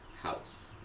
house